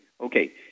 Okay